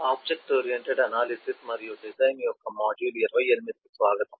object oriented analysis మరియు design యొక్క module 28 కు స్వాగతం